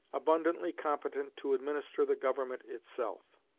abundantly competent to administer the government itself.